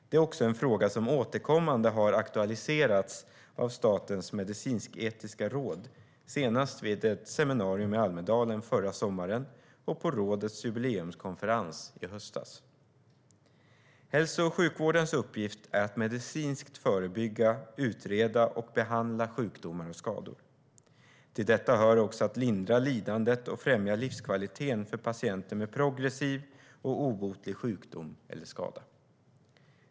Det är också en fråga som återkommande har aktualiserats av Statens medicinsk-etiska råd, senast vid ett seminarium i Almedalen förra sommaren och på rådets jubileumskonferens i höstas. Hälso och sjukvårdens uppgift är att medicinskt förebygga, utreda och behandla sjukdomar och skador. Till detta hör också att lindra lidandet och att främja livskvaliteten för patienter med progressiv och obotlig sjukdom eller skada.